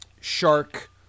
shark